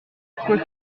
quoi